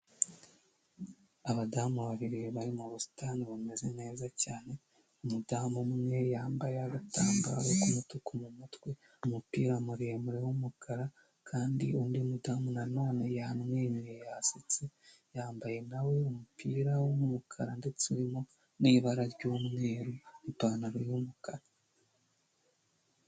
Abadamu babiri bari mu busitani bumeze neza cyane, umudamumu umwe yambaye agatambaro k'umutuku mu mutwe, umupira muremure w'umukara kandi undi mudamu na none yamwenyuye yasetse, yambaye na we umupira w'umukara ndetse urimo n'ibara ry'umweru n'ipantaro y'umukara.